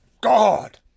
God